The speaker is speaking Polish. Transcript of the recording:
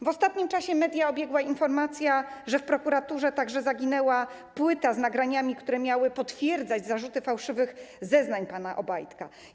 W ostatnim czasie media obiegła informacja, że w prokuraturze zaginęła płyta z nagraniami, które miały potwierdzać zarzuty dotyczące fałszywych zeznań pana Obajtka.